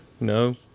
No